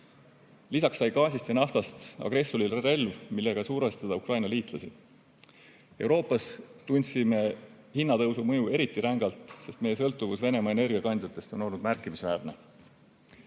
Lisaks sai gaasist ja naftast agressorile relv, millega survestada Ukraina liitlasi. Euroopas tundsime hinnatõusu mõju eriti rängalt, sest meie sõltuvus Venemaa energiakandjatest on olnud märkimisväärne.